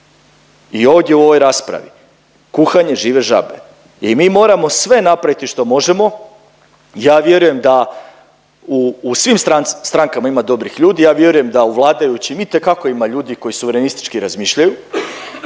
i ovdje u ovoj raspravi, kuhanje žive žabe i mi moramo sve napraviti što možemo. Ja vjerujem da u, u svim strankama ima dobrih ljudi, ja vjerujem da u vladajućim itekako ima ljudi koji suverenistički razmišljaju